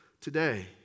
today